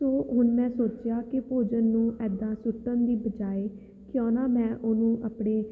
ਸੋ ਹੁਣ ਮੈਂ ਸੋਚਿਆ ਕਿ ਭੋਜਨ ਨੂੰ ਇੱਦਾਂ ਸੁੱਟਣ ਦੀ ਬਜਾਏ ਕਿਉਂ ਨਾ ਮੈਂ ਉਹਨੂੰ ਆਪਣੇ